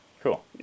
Cool